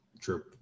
True